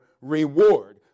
reward